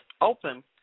open